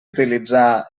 utilitzar